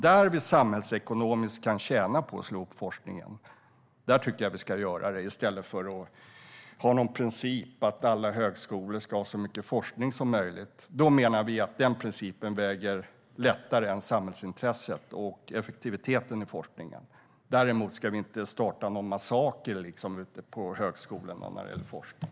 Där vi samhällsekonomiskt kan tjäna på att slå ihop forskningen tycker jag dock att vi ska göra det i stället för att ha någon princip att alla högskolor ska ha så mycket forskning som möjligt. Den principen menar vi väger lättare än samhällsintresset och effektiviteten i forskningen. Däremot ska vi inte starta någon massaker ute på högskolorna när det gäller forskning.